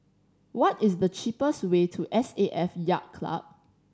what is the cheapest way to S A F Yacht Club